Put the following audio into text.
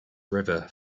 river